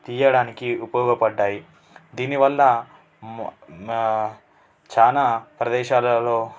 తీయడానికి ఉపయోగపడ్డాయి దీనివల్ల చాలా ప్రదేశాలలో